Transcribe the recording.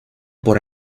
por